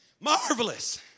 marvelous